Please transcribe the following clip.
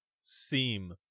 seem